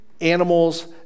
animals